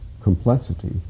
complexity